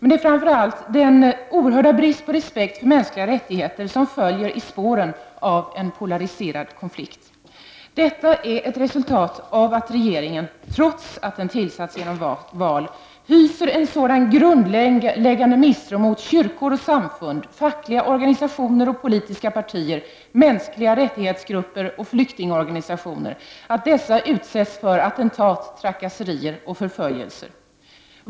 Det är framför allt den oerhörda brist på respekt för mänskliga rättigheter som följer i spåren av en polariserad konflikt. Det är ett resultat av att regeringen, trots att den tillsatts genom val, hyser en sådan grundläggande misstro mot kyrkor och samfund, fackliga organisationer och politiska partier, mänskliga rättighets-grupper och flyktingorganisationer, att dessa utsätts för attentat, trakasserier och förföljelser.